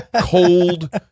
cold